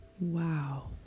Wow